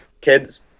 kids